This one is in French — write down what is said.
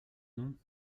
non